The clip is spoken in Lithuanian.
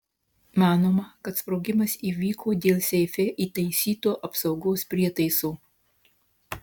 manoma kad sprogimas įvyko dėl seife įtaisyto apsaugos prietaiso